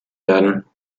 werden